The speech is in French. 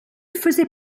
faisait